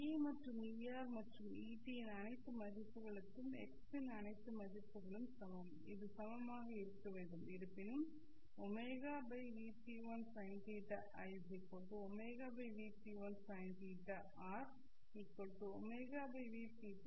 Ei மற்றும் Er மற்றும் Et இன் அனைத்து மதிப்புகளுக்கும் x இன் அனைத்து மதிப்புகளுக்கும் சமம் இது சமமாக இருக்க வேண்டும் இருப்பினும் ω Vp1SinθiωVp1 Sinθr ωVp2 Sin θt